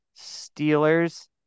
Steelers